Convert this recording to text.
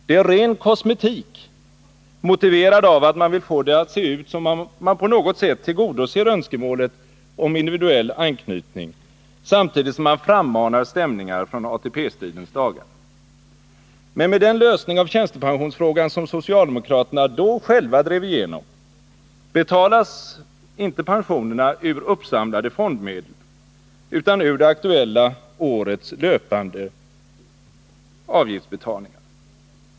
Det är ren kosmetik, motiverad av att man vill få det att se ut som om man på något sätt tillgodoser önskemålet om individuell anknytning, samtidigt som man frammanar stämningar från ATP-stridens dagar. Men med den lösning av tjänstepensionsfrågan som socialdemokraterna då själva drev igenom betalas inte pensionerna ur uppsamlade fondmedel utan ur det aktuella årets löpande avgiftsinbetalningar.